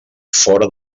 fora